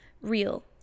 real